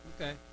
okay